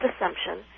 assumption